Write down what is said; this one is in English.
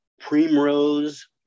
Primrose